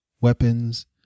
weapons